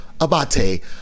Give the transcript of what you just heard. Abate